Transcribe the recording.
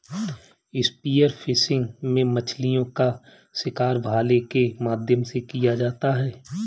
spear fishing में मछलीओं का शिकार भाले के माध्यम से किया जाता है